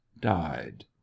died